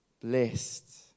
Blessed